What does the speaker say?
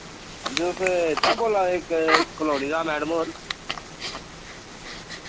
हां जी तुस इत्थों दा बोल्ला दे क कलोनी दा मैडम होर